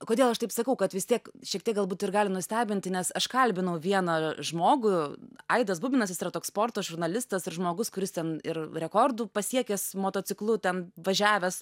kodėl aš taip sakau kad vis tiek šiek tiek galbūt ir gali nustebinti nes aš kalbinau vieną žmogų aidas bubinas jis yra toks sporto žurnalistas ir žmogus kuris ten ir rekordų pasiekęs motociklu ten važiavęs